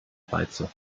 reize